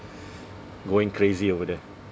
going crazy over there